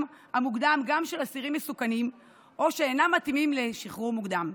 המוקדם של אסירים מסוכנים או שאינם מתאימים לשחרור מוקדם,